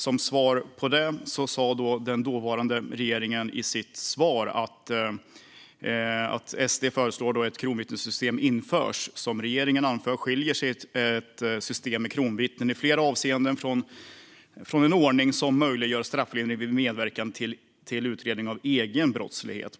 Som svar på det sa den dåvarande regeringen: SD föreslår att ett kronvittnessystem införs. Som regeringen anför skiljer sig ett system med kronvittnen i flera avseenden från en ordning som möjliggör strafflindring vid medverkan till utredning av egen brottslighet.